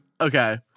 Okay